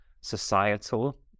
societal